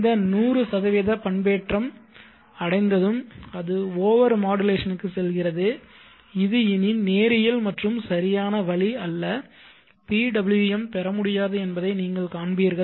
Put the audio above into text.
இந்த 100 பண்பேற்றம் அடைந்ததும் அது ஓவர் மாடுலேஷனுக்குச் செல்கிறது இது இனி நேரியல் மற்றும் சரியான வழி அல்ல PWM பெற முடியாது என்பதை நீங்கள் காண்பீர்கள்